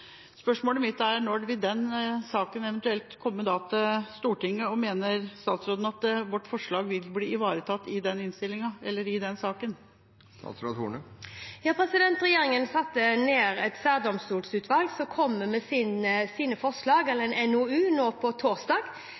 Spørsmålet mitt er: Når vil den saken eventuelt komme til Stortinget, og mener statsråden at vårt forslag vil bli ivaretatt i den saken? Regjeringen har satt ned et særdomstolsutvalg som kommer med sine forslag, en NOU, torsdag.